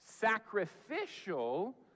sacrificial